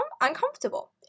uncomfortable